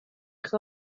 eich